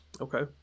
Okay